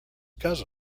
cousin